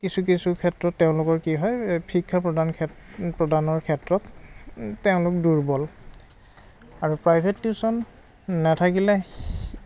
কিছু কিছু ক্ষেত্ৰত তেওঁলোকৰ কি হয় শিক্ষা প্ৰদান খে প্ৰদানৰ ক্ষেত্ৰত তেওঁলোক দুৰ্বল আৰু প্ৰাইভেট টিউচন নাথাকিলে